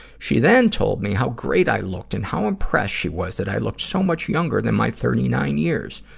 she then told me how great i looked and how impressed she was that i looked so much younger than my thirty nine years.